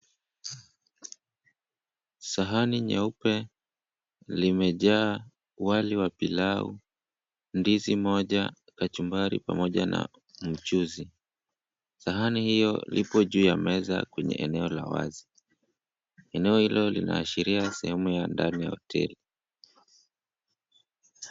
Sahani nyeupe limejaa wali wa pilau, ndizi moja, kachumbari pamoja na mchuzi. Sahani hiyo lipo juu ya meza kwenye eneo la wazi. Eneo hilo linaashiria sehemu ya ndani ya hoteli.